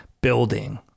building